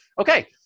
okay